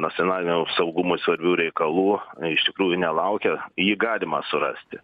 nacionaliniam saugumui svarbių reikalų iš tikrųjų nelaukia jį galima surasti